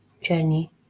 journey